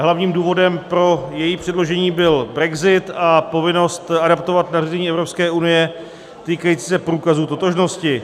Hlavním důvodem pro její předložení byl brexit a povinnost adaptovat nařízení Evropské unie týkající se průkazu totožnosti.